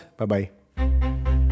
bye-bye